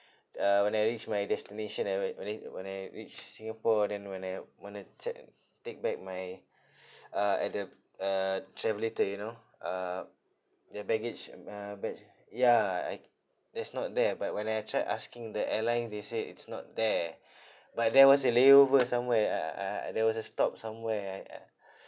uh when I reached my destination ah whe~ when it when I reached singapore ah then when I when I checked take back my uh at the uh travelator you know uh the baggage mm uh bagg~ ya I it's not there but when I tried asking the airlines they say it's not there but there was a layover somewhere uh uh uh uh there was a stop somewhere